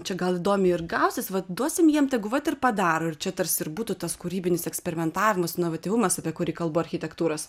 čia gal įdomiai ir gausis vat duosim jiem tegul vat ir padaro ir čia tarsi ir būtų tas kūrybinis eksperimentavimas inovatyvumas apie kurį kalba architektūros